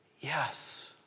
yes